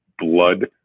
Blood